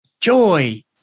joy